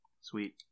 sweet